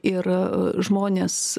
ir žmonės